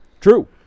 True